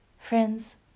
Friends